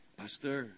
pastor